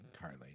Carly